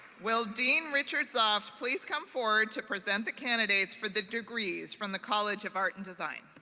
will dean richard zoft please come forward to present the candidates for the degrees from the college of art and design?